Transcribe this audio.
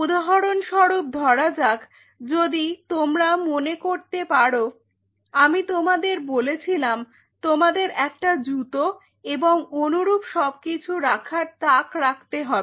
উদাহরণস্বরূপ ধরা যাক যদি তোমরা মনে করতে পারো আমি তোমাদের বলেছিলাম তোমাদের একটা জুতো এবং অনুরূপ সবকিছু রাখা্র তাক রাখতে হবে